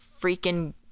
freaking